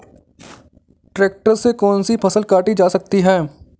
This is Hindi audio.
ट्रैक्टर से कौन सी फसल काटी जा सकती हैं?